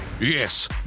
Yes